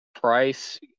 price